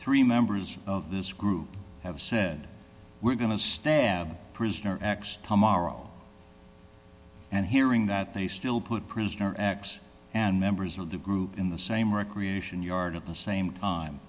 thirteen members of this group have said we're going to stab a prisoner x tomorrow and hearing that they still put prisoner x and members of the group in the same recreation yard at the same time